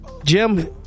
Jim